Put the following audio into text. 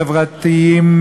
חברתיים,